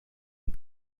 est